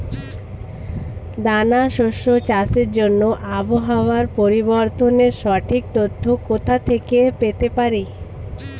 দানা শস্য চাষের জন্য আবহাওয়া পরিবর্তনের সঠিক তথ্য কোথা থেকে পেতে পারি?